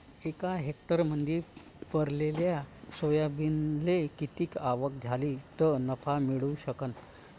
एका हेक्टरमंदी पेरलेल्या सोयाबीनले किती आवक झाली तं नफा मिळू शकन?